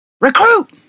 Recruit